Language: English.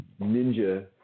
ninja